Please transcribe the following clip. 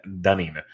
Dunning